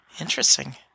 Interesting